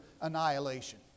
annihilation